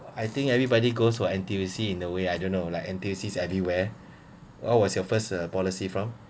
I think everybody goes for N_T_U_C in a way I don't know like N_T_U_C's everywhere all was your first policy from